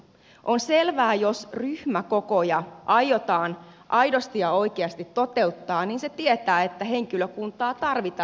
on selvää että jos ryhmäkokoja aiotaan aidosti ja oikeasti toteuttaa niin se tietää että henkilökuntaa tarvitaan lisää